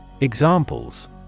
Examples